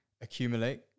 accumulate